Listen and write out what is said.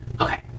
Okay